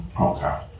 Okay